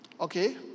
okay